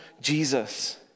Jesus